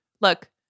look